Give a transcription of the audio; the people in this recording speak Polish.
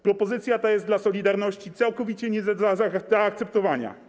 Propozycja ta jest dla „Solidarności” całkowicie nie do zaakceptowania.